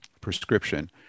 prescription